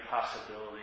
possibility